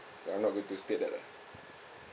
so I'm not going to state there ah